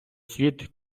світ